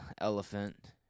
elephant